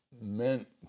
meant